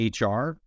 HR